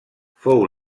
fou